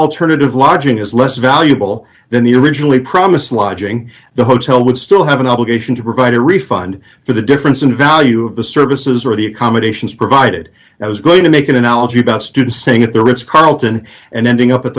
alternative lodging is less valuable than the originally promised lodging the hotel would still have an obligation to provide a refund for the difference in value of the services or the accommodations provided i was going to make an analogy about students saying at the ritz carlton and ending up at